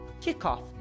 kickoff